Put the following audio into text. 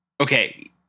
Okay